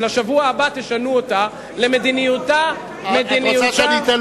תשנו אותה לקראת השבוע הבא מתי